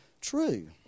true